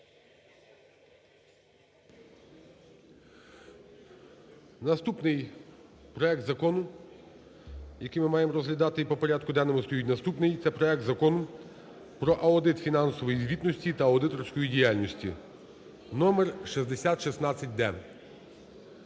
Наступний проект Закону, який ми маємо розглядати по порядку денному, стоїть наступний, це проект Закону про аудит фінансової звітності та аудиторської діяльності (6016-д).